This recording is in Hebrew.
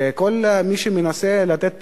וכל מי שמנסה להציע פתרונות,